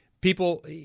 People